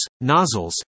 nozzles